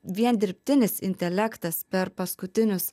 vien dirbtinis intelektas per paskutinius